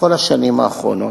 בכל השנים האחרונות,